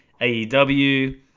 AEW